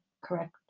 correct